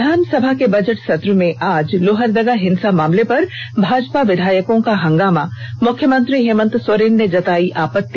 विधानसभा के बजट सत्र में आज लोहरदगा हिंसा मामले पर भाजपा विधायकों का हंगामा मुख्यमंत्री हेमंत सोरेन ने जतायी आपत्ति